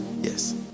Yes